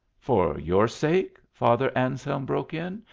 for your sake? father anselm broke in.